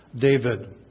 David